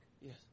Yes